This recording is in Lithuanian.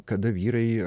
kada vyrai